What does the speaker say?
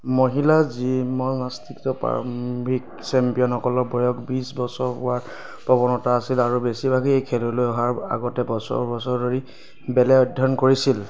মহিলা জিমনাষ্টিক্সৰ প্ৰাৰম্ভিক চেম্পিয়নসকলৰ বয়স বিশ বছৰ হোৱাৰ প্ৰৱণতা আছিল আৰু বেছিভাগেই এই খেললৈ অহাৰ আগতে বছৰ বছৰ ধৰি বেলেগ অধ্যয়ণ কৰিছিল